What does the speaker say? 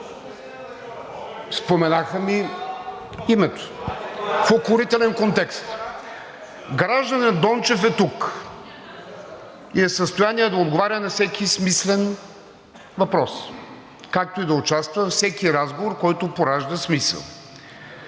Споменаха ми името в укорителен контекст. Гражданинът Дончев е тук и е в състояние да отговаря на всеки смислен въпрос, както и да участва във всеки разговор, който поражда смисъл.